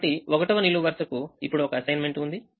కాబట్టి 1వ నిలువు వరుసకు ఇప్పుడు ఒక అసైన్మెంట్ ఉంది